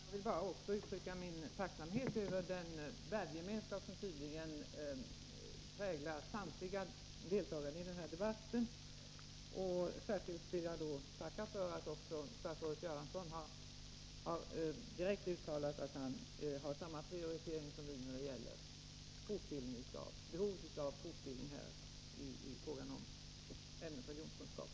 Herr talman! Jag vill också bara uttrycka min tacksamhet över den värdegemenskap som tydligen präglar samtliga deltagare i denna debatt. Jag vill särskilt tacka för att också statsrådet Göransson direkt har uttalat att han har samma prioritering som vi när det gäller behovet av fortbildning i ämnet religionskunskap.